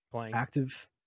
active